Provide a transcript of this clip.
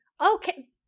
okay